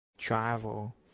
Travel